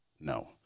No